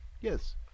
Yes